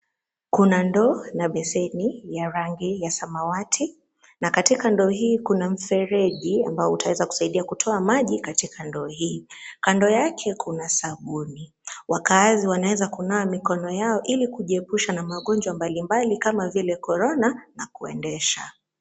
Kuna ndoo na beseni, ya rangi ya samawati. Na katika ndoo hii, kuna mfereji ambao utaweza kusaidia kutoa maji, katika ndio hii. Kando yake, kuna sabuni. Wakaazi wanaweza kunawa mikono yao ili kujiepusha na magonjwa mbalimbali kama vile corona, na kuendesha.